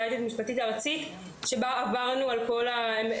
המשפטית הארצית ועברנו על כל הדברים.